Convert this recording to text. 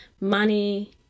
Money